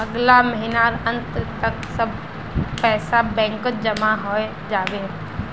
अगला महीनार अंत तक सब पैसा बैंकत जमा हइ जा बे